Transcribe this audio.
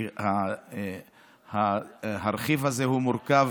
כי הרכיב הזה מורכב